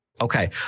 Okay